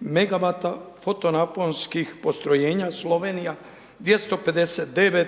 megawata fotonaposnikh postrojenja, Slovenija 259,